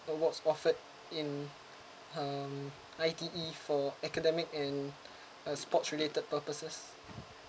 awards offered in um I_T_E for academic and uh sports related purposes